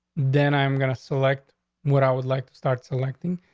then i'm going to select what i would like to start selecting.